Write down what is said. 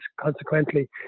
consequently